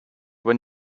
when